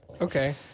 Okay